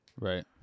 Right